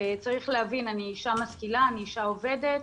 צריך להבין, אני אישה משכילה, אני אישה עובדת,